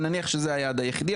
ונניח שזה היעד היחידי,